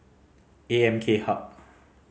A M K Hub